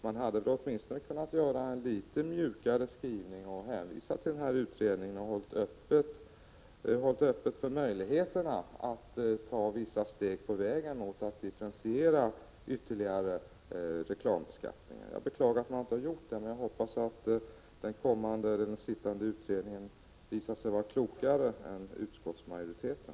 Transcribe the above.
Man hade åtminstone kunnat göra en litet mjukare skrivning och hänvisat till denna utredning och därmed hållit möjligheterna öppna att ta vissa steg på vägen mot en ytterligare differentierad reklamskatt. Jag beklagar att man inte gjort detta nu, men jag hoppas att den kommande utredningen visar sig klokare än utskottsmajoriteten.